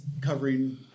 covering